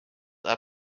are